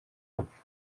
rupfu